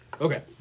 Okay